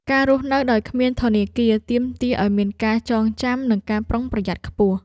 ការរស់នៅដោយគ្មានធនាគារ ទាមទារឱ្យមានការចងចាំ និងការប្រុងប្រយ័ត្នខ្ពស់។